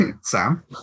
Sam